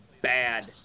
bad